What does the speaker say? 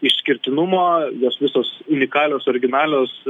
išskirtinumo jos visos unikalios originalios